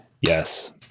yes